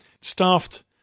Staffed